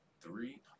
three